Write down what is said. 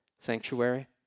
Sanctuary